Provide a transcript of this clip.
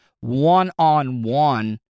one-on-one